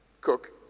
cook